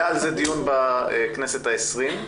היה על זה דיון בכנסת העשרים.